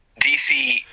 DC